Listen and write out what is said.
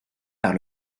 par